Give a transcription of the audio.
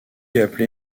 appelé